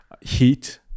Heat